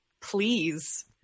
please